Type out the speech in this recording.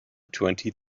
twenty